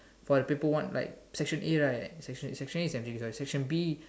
for the paper one like section a right section a is M_C_Q section B